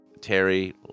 Terry